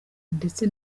ndetse